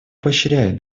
поощряет